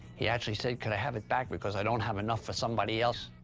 he actually said, could i have it back, because i don't have enough for somebody else.